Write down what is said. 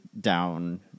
down